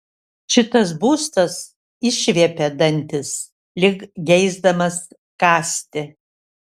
šitas būstas išviepia dantis lyg geisdamas kąsti